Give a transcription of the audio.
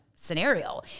scenario